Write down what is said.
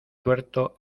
tuerto